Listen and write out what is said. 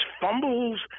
fumbles